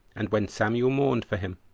and when samuel mourned for him,